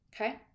Okay